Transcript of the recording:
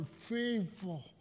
faithful